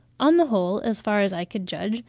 on the whole, as far as i could judge,